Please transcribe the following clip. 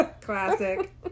Classic